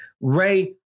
Ray